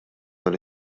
dan